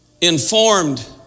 informed